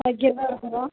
வைக்கிறதாக இருக்கிறோம்